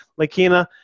Lakina